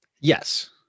Yes